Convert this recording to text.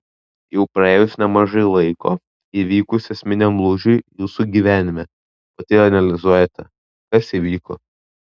jau praėjus nemažai laiko įvykus esminiam lūžiui jūsų gyvenime pati analizuojate kas įvyko